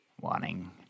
wanting